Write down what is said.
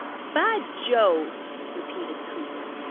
bah jove! repeated cooper.